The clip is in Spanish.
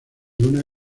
una